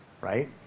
right